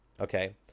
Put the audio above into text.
Okay